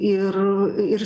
ir ir